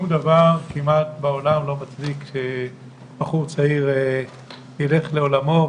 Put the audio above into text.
כמעט שום דבר בעולם לא מצדיק שבחור צעיר ילך לעולמו,